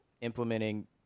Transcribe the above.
implementing